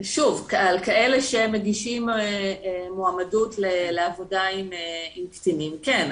שוב על כאלה שמגישים מועמדות לעבודה עם קטינים כן,